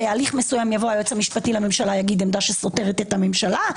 בהליך מסוים יבוא היועץ המשפטי לממשלה ויגיד עמדה שסותרת את הממשלה,